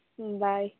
bye